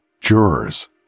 jurors